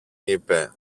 είπε